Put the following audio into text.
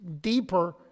deeper